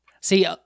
See